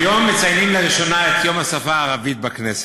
היום מציינים לראשונה את יום השפה הערבית בכנסת.